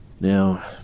Now